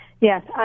Yes